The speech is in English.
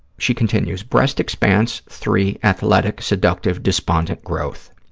she continues, breast expanse three athletic seductive despondent growth.